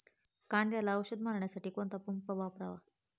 कांद्याला औषध मारण्यासाठी कोणता पंप वापरला जातो?